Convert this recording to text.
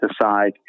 decide